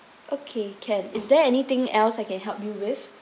okay can is there anything else I can help you with